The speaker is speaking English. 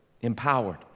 empowered